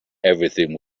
everything